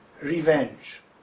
revenge